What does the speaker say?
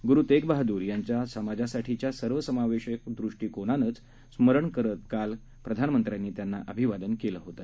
गुरूतेगबहादुरयांच्यासमाजासाठीच्यासर्वसमावेशकदृष्टीकोनाचंस्मरणकरतकालहीप्रधानमंत्र्यांनीत्यांनाअभिवादनकेलंहोतं